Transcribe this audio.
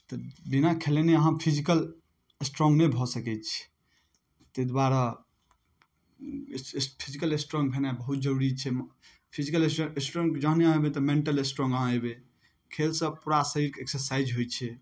तऽ बिना खेलेने अहाँ फिजिकल स्ट्रोंग नहि भऽ सकै छी तै दुआरे फिजिकल स्ट्रोंग भेनाइ बहुत जरुरी छै फिजिकल स्ट्रोंग स्ट्रोंग जहने हेबै तऽ मेंटल स्ट्रोंग अहाँ हेबै खेलसँ पूरा शरीरके एक्सरसाइज होइ छै